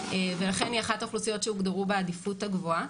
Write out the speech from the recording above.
ולכן היא אחת האוכלוסיות שהוגדרו בעדיפות הגבוהה,